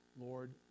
Lord